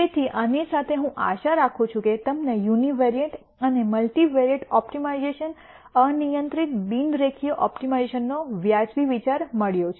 તેથી આની સાથે હું આશા રાખું છું કે તમને યુનિવેરિએંટ અને મલ્ટિ વેરિએટ ઓપ્ટિમાઇઝેશન અનિયંત્રિત બિન રેખીય ઓપ્ટિમાઇઝેશનનો વાજબી વિચાર મળ્યો છે